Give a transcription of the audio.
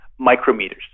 micrometers